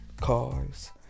cars